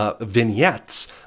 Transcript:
vignettes